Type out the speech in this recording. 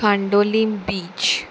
Candolim beach